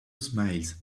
smiles